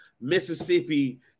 Mississippi